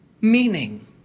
meaning